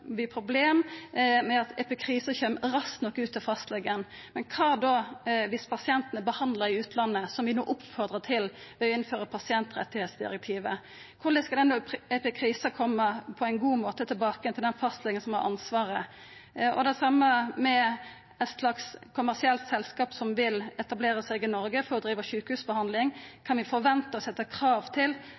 vi problem med å få epikrisar raskt nok ut til fastlegen. Kva då dersom pasienten er behandla i utlandet, som vi no oppfordrar til ved å innføra pasientrettsdirektivet? Korleis skal epikrisen koma tilbake på ein god måte til den fastlegen som har ansvaret? Det same vil gjelda kommersielle selskap som vil etablera seg i Noreg for å driva sjukehusbehandling. Kan vi forventa og setja krav til